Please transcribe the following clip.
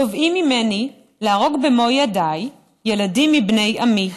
תובעים ממני להרוג במו ידיי ילדים מבני עמי.